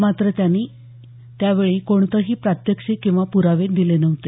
मात्र त्याने त्यावेळी कोणतंही प्रात्यक्षिक किंवा पुरावे दिले नव्हते